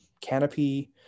canopy